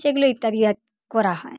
সেগুলো ইত্যাদি অ্যাড করা হয়